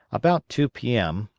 about two p m,